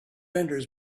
enters